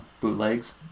bootlegs